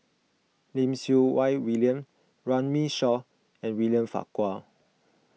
Lim Siew Wai William Runme Shaw and William Farquhar